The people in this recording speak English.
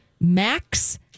Max